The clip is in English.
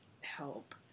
help